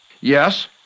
Yes